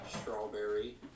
Strawberry